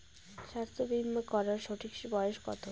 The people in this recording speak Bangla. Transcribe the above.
স্বাস্থ্য বীমা করার সঠিক বয়স কত?